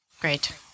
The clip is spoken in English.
great